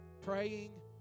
Praying